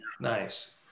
nice